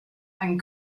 and